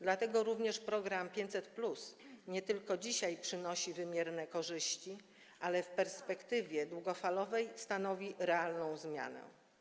Dlatego również program 500+ nie tylko przynosi dzisiaj wymierne korzyści, ale i w perspektywie długofalowej stanowi realną zmianę.